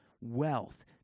wealth